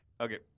Okay